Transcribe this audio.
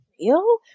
real